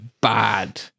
bad